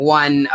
one